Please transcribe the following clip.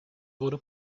wurde